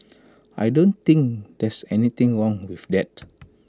I don't think there's anything wrong with that